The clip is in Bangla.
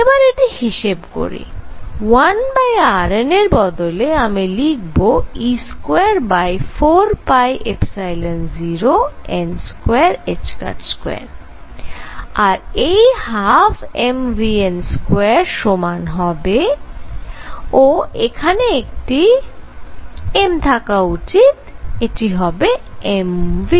এবার এটি হিসেব করি 1rn এর বদলে আমি লিখব e24π0n22 আর এই 12mvn2 সমান হবে ও এখানে একটি m থাকা উচিত এটি হবে m v